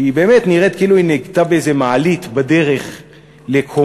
שבאמת נראית כאילו היא נהגתה באיזו מעלית בדרך לקומה,